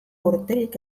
urterik